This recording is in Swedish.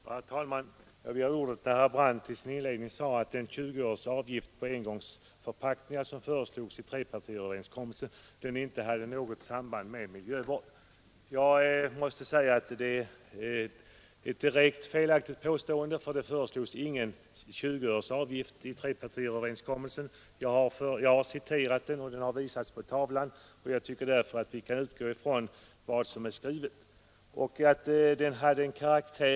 Herr talman! Jag begärde ordet därför att herr Brandt i sitt inlägg sade att den i trepartiöverenskommelsen föreslagna avgiften på 20 öre för engångsförpackningar inte hade något samband med miljövård. Det är ett direkt felaktigt påstående, därför att det har inte föreslagits någon avgift med 20 öre på engångsförpackningar i trepartiöverenskommelsen. Det har påvisats både genom vad jag citerat ur trepartiöverenskommelsen och genom att texten visades på bildtavlan här i kammaren.